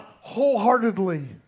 wholeheartedly